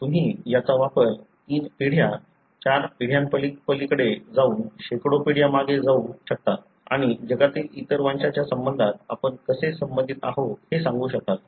तुम्ही याचा वापर तीन पिढ्या चार पिढ्यांपलीकडे जाऊन शेकडो पिढ्या मागे जाऊ शकता आणि जगातील इतर वंशांच्या संबंधात आपण कसे संबंधित आहोत हे सांगू शकाल